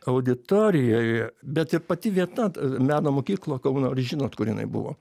auditorijoj bet ir pati vieta meno mokykla kauno ar žinot kur jinai buvo